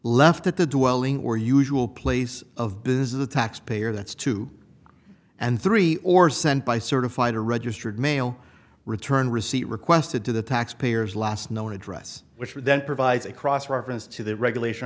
left at the dwelling or usual place of business is the taxpayer that's two and three or sent by certified or registered mail return receipt requested to the tax payers last known address which would then provides a cross reference to the regulation